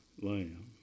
lamb